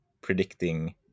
predicting